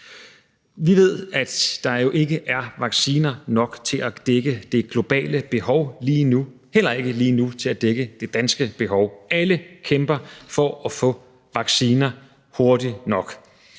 Vi ved, at der jo ikke er vacciner nok til at dække det globale behov lige nu, og lige nu heller ikke til at dække det danske behov. Alle kæmper for at få vacciner hurtigt nok,